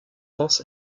france